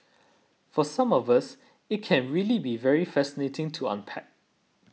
for some of us it can really be very fascinating to unpack